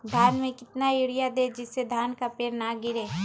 धान में कितना यूरिया दे जिससे धान का पेड़ ना गिरे?